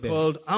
Called